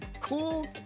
cool